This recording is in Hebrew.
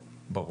ברור.